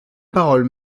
parole